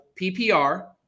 PPR